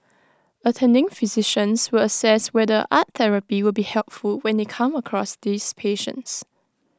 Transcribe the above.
attending physicians will assess whether art therapy will be helpful when they come across these patients